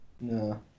No